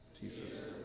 Jesus